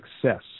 success